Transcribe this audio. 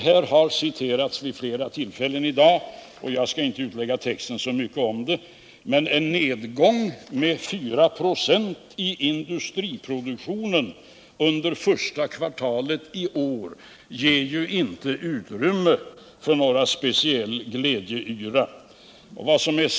Det har sagts vid flera tillfällen i dag, och jag skall inte lägga ut texten så mycket om det, men en nedgång med 4 26 av industriproduktionen under första kvartalet i år ger inte utrymme för någon speciell glädjeyra.